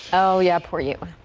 oh yeah for you.